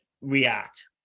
react